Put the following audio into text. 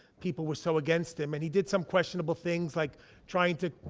people were so against him. and he did some questionable things, like trying to,